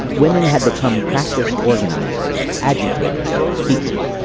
women had become practiced organizers, agitators, speakers.